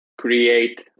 create